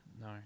No